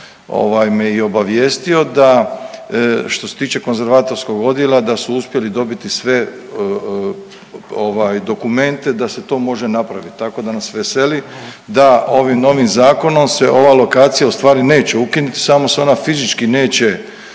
me i obavijestio da što se tiče konzervatorskog odjela da su uspjeli dobiti sve dokumente da se to može napraviti. Tako da nas veseli da ovim novim zakonom se ova lokacija u stvari neće ukinuti, samo se ona fizički neće